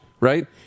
right